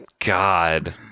God